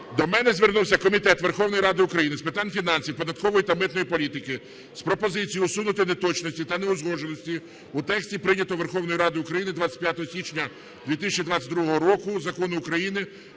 До мене звернувся Комітет Верховної Ради України з питань фінансів, податкової та митної політики з пропозицією усунути неточності та неузгодженості в тексті прийнятого Верховною Радою України 25 січня 2022 року Закону України